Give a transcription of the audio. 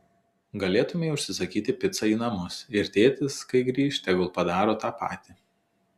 galėtumei užsisakyti picą į namus ir tėtis kai grįš tegul padaro tą patį